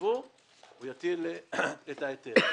יבוא הוא יטיל את ההיטל.